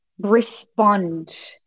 Respond